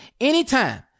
anytime